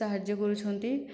ସାହାଯ୍ୟ କରୁଛନ୍ତି